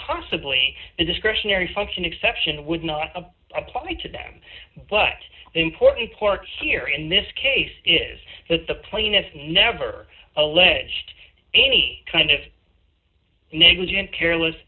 possibly the discretionary function exception would not apply to them but the important part here in this case is that the plaintiff never alleged any kind of negligent careless